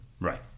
Right